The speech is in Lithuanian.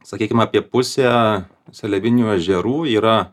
sakykim apie pusė seliavinių ežerų yra